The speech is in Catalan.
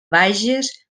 bages